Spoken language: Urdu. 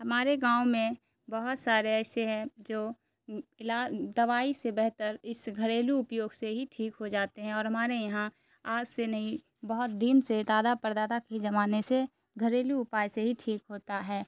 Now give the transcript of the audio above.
ہمارے گاؤں میں بہت سارے ایسے ہیں جو دوائی سے بہتر اس گھریلو اپیوگ سے ہی ٹھیک ہو جاتے ہیں اور ہمارے یہاں آج سے نہیں بہت دن سے دادا پر دادا کے زمانے سے گھریلو اپائے سے ہی ٹھیک ہوتا ہے